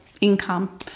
income